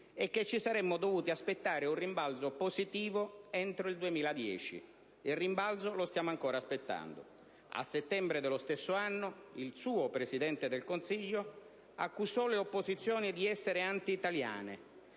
e che ci saremmo dovuti aspettare un rimbalzo positivo entro il 2010. Quel rimbalzo lo stiamo ancora aspettando. A settembre dello stesso anno, il suo Presidente del Consiglio accusò le opposizioni di essere anti italiane,